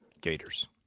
Gators